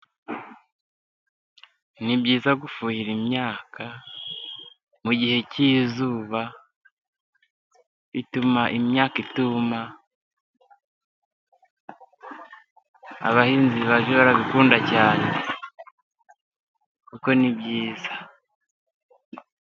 Ni byiza gufuhira imyaka mu gihe cy'izuba, bituma imyaka ituma. Abahinzi barabikunda cyane kuko ni byiza.